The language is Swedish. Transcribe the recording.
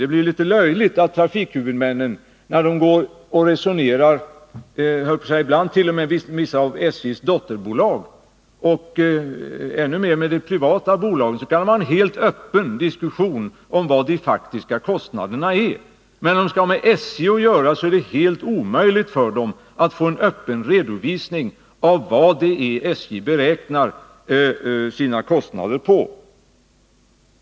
Det blir ju litet löjligt när trafikhuvudmännen i sina resonemang med de privata bolagen och ibland t.o.m. med vissa av SJ:s dotterbolag kan ha en helt öppen diskussion om vilka de faktiska kostnaderna är, medan det när de har med SJ att göra är helt omöjligt för dem att få en öppen redovisning av vad SJ beräknar sina kostnader på.